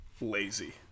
lazy